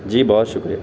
جی بہت شکریہ